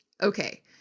Okay